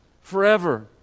forever